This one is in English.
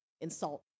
insult